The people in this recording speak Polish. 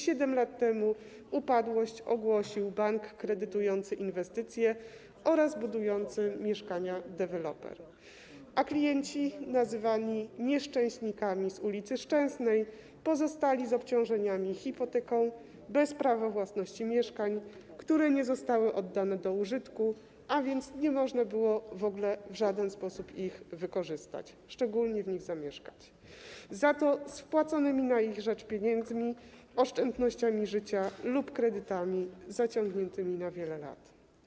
7 lat temu upadłość ogłosił bank kredytujący inwestycję oraz budujący mieszkania deweloper, a klienci, nazywani nieszczęśnikami z ul. Szczęsnej, pozostali z obciążeniami hipoteką, bez prawa własności mieszkań, które nie zostały oddane do użytku - a więc nie można było w ogóle w żaden sposób ich wykorzystać, szczególnie w nich zamieszkać - za to z wpłaconymi na ich rzecz pieniędzmi, oszczędnościami życia lub kredytami zaciągniętymi na wiele lat.